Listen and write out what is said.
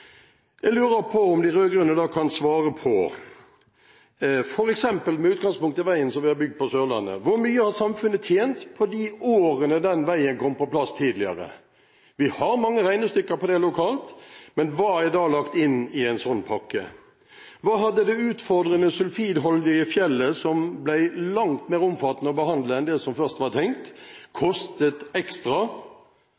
Jeg lurer på om de rød-grønne kan svare på følgende – med utgangspunkt i f.eks. veien vi har bygd på Sørlandet: Hvor mye har samfunnet tjent på at den veien kom på plass tidligere? Vi har mange regnestykker på det lokalt, men hva er da lagt inn i en sånn pakke? Hva hadde det utfordrende sulfidholdige fjellet, som ble langt mer omfattende å behandle enn det som var tenkt,